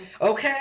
Okay